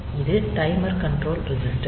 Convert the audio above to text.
இது timer control register